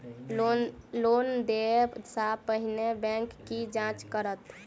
Loan देय सा पहिने बैंक की जाँच करत?